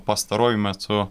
pastaruoju metu